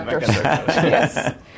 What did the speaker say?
Yes